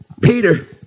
Peter